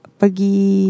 pagi